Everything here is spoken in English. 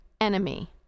enemy